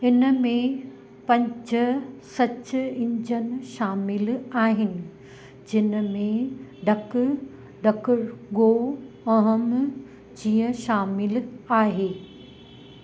इन में पंज सच इंजन शामिलु आहिनि जिन में डकडकॻो अहम जीअं शामिलु आहे